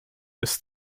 ist